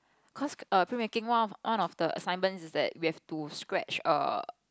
cause err film making one of one of the assignments is that we have to scratch a